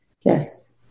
Yes